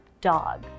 dog